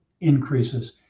increases